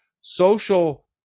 social